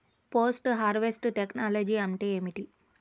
Post harvest technology అంటే ఏమిటి?